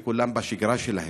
וכולם בשגרה שלהם.